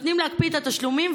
נותנים להקפיא את התשלומים,